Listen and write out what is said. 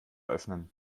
öffnen